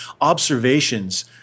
observations